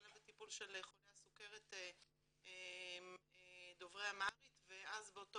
קבלה וטיפול של חולי סוכרת דוברי אמהרית ואז באותו